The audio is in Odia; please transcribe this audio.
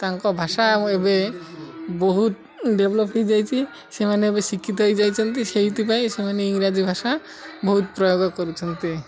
ତାଙ୍କ ଭାଷା ଏବେ ବହୁତ ଡେଭଲପ୍ ହେଇଯାଇଛି ସେମାନେ ଏବେ ଶିକ୍ଷିତ ହେଇଯାଇଛନ୍ତି ସେଇଥିପାଇଁ ସେମାନେ ଇଂରାଜୀ ଭାଷା ବହୁତ ପ୍ରୟୋଗ କରୁଛନ୍ତି